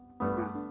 Amen